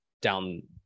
down